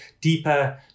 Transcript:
deeper